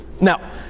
Now